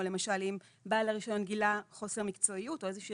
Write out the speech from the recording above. או למשל אם בעל הרישיון גילה חוסר מקצועיות או איזושהי